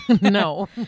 No